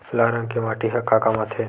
लाल रंग के माटी ह का काम आथे?